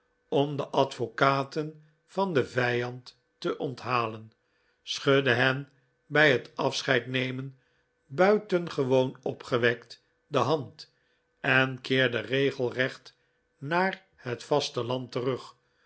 om de advocaten van den vijand te onthalen schudde hen bij het afscheid nemen buitengewoon opgewekt de hand en keerde regelrecht naar het vasteland terug